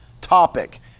topic